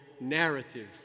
narrative